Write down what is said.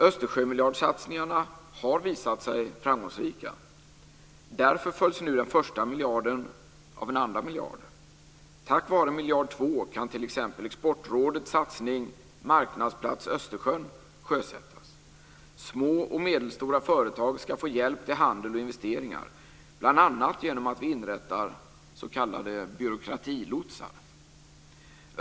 Östersjömiljardsatsningarna har visat sig framgångsrika, därför följs nu den första miljarden av en andra miljard. Tack vare miljard två kan t.ex. Exportrådets satsning Marknadsplats Östersjön sjösättas. Små och medelstora företag ska få hjälp till handel och investeringar, bl.a. genom att vi inrättar s.k. byråkratilotsar.